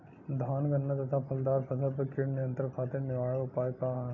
धान गन्ना तथा फलदार फसल पर कीट नियंत्रण खातीर निवारण उपाय का ह?